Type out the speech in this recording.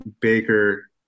Baker